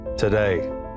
Today